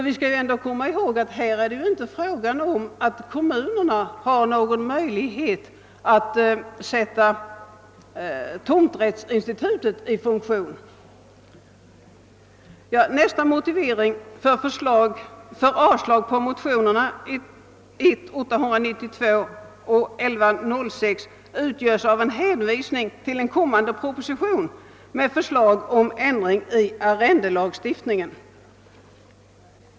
Vi skall komma ihåg att kommunerna inte har någon möjlighet att sätta tomträttsinstitutet i funktion i detta sammanhang. Nästa motivering för avslag på motionsparet I: 892 och II: 1106 utgörs av en hänvisning till en kommande proposition med förslag om ändring i arrendelagstiftningen.